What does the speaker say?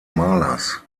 malers